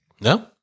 No